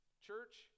church